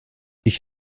ich